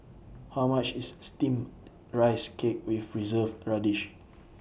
How much IS Steamed Rice Cake with Preserved Radish